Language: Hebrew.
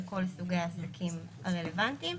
על כל סוגי העסקים הרלוונטיים.